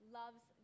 loves